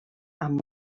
amb